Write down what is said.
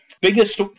Biggest